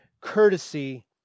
courtesy